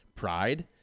Pride